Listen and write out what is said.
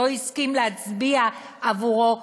שלא הסכים להצביע עבורו,